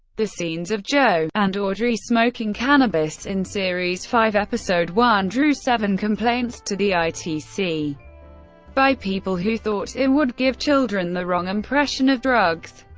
the scenes of jo and audrey smoking cannabis in series five, episode one drew seven complaints to the itc by people who thought it would give children the wrong impression of drugs.